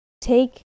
take